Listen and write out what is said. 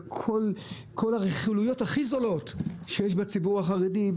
בכל הרכילויות הכי זולות שיש בציבור החרדי,